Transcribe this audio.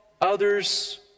others